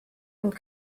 und